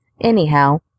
Anyhow